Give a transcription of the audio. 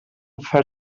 fer